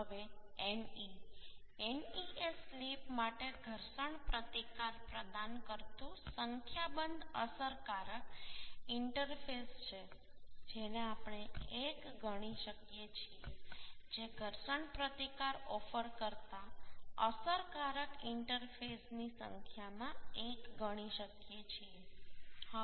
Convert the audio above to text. હવે ne ne એ slip માટે ઘર્ષણ પ્રતિકાર પ્રદાન કરતું સંખ્યાબંધ અસરકારક ઈન્ટરફેસ છે જેને આપણે 1 ગણી શકીએ છીએ જે ઘર્ષણ પ્રતિકાર ઓફર કરતા અસરકારક ઈન્ટરફેસની સંખ્યામાં 1 ગણી શકીએ છીએ